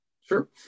Sure